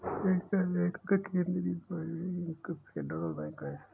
सयुक्त राज्य अमेरिका का केन्द्रीय बैंक फेडरल बैंक है